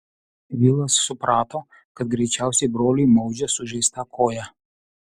vilas suprato kad greičiausiai broliui maudžia sužeistą koją